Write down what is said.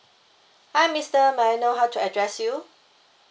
hi mister may I know how to address you